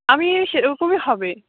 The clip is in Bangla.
আমি এই সেরকমই হবে